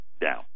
down